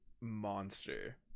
monster